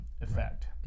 effect